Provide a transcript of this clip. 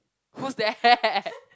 who's that